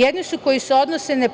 Jedni su, koji se odnose na